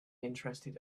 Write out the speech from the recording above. interested